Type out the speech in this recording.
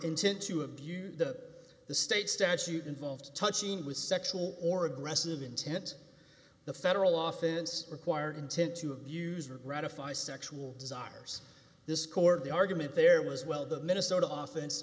intent to abuse the the state statute involved touching with sexual or aggressive intent the federal office required intent to abuse or gratify sexual desires this core of the argument there was well the minnesota office